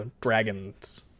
dragon's